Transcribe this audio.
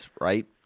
right